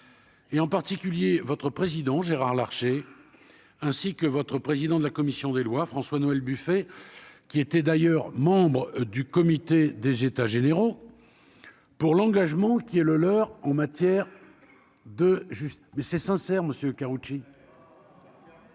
Et, en particulier, votre président Gérard Larché, ainsi que votre président de la commission des Lois François-Noël Buffet qui était d'ailleurs membre du comité des états généraux pour l'engagement qui est le leur, en matière de justice mais c'est sincère, monsieur Karoutchi.